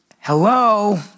hello